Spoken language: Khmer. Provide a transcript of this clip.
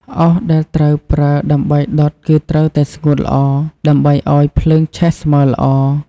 អុសដែលត្រូវប្រើដើម្បីដុតគឺត្រូវតែស្ងួតល្អ ដើម្បីឱ្យភ្លើងឆេះស្មើល្អ។